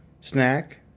snack